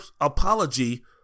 apology